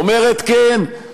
אומרת: כן,